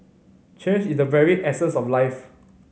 change is the very essence of life